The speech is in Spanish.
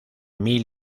mil